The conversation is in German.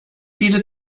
viele